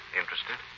interested